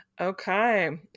Okay